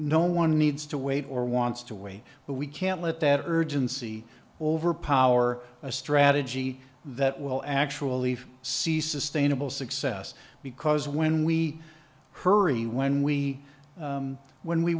no one needs to wait or wants to wait but we can't let that urgency overpower a strategy that will actually see sustainable success because when we hurry when we when we